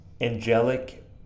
angelic